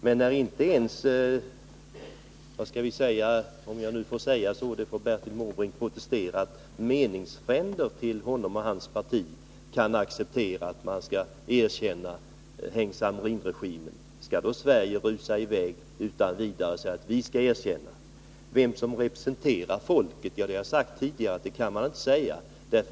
Men när inte ens meningsfränder — om jag får säga så, annars får Bertil Måbrink protestera — till honom och hans parti kan acceptera ett erkännande av Heng Samrin-regimen, skall då Sverige utan vidare rusa i väg och säga att vi skall erkänna den? När det gäller vem som representerar folket i Kampuchea, så kan man inte säga det.